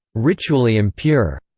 ritually impure.